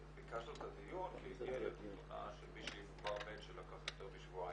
ביקשנו את הדיון כי הגיעה אלינו של מישהי --- שלקח יותר משבועיים.